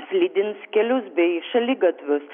slidins kelius bei šaligatvius